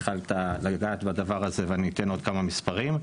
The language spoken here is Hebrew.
התחלת לגעת בדבר הזה ואני אתן עוד כמה מספרים.